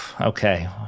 okay